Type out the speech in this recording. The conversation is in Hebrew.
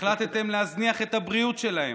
החלטתם להזניח את הבריאות שלהם,